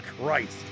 Christ